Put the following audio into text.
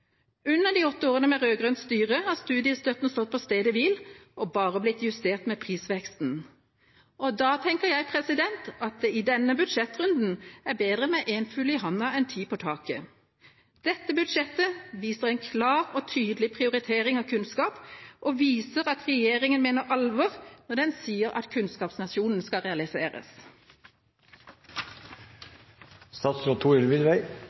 Under de åtte årene med rød-grønt styre har studiestøtten stått på stedet hvil og bare blitt justert med prisveksten. Da tenker jeg at det i denne budsjettrunden er bedre med én fugl i handa enn ti på taket. Dette budsjettet viser en klar og tydelig prioritering av kunnskap og viser at regjeringa mener alvor når den sier at kunnskapsnasjonen skal